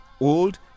old